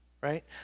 right